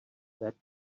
that